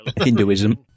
Hinduism